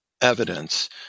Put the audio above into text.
evidence